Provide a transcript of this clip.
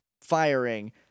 firing